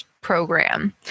program